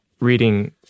reading